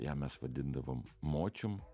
ją mes vadindavom močium